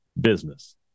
business